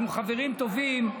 אנחנו חברים טובים.